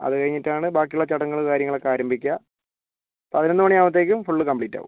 അത് കഴിഞ്ഞട്ടാണ് ബാക്കിയുള്ള ചടങ്ങുകളും കാര്യങ്ങളൊക്കെ ആരംഭിക്കുക പതിനൊന്ന് മണി ആകുമ്പോഴ്ത്തേക്കും ഫുള്ള് കമ്പ്ലീറ്റാവും